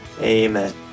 Amen